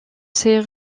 ses